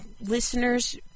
listeners